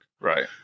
right